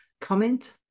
comment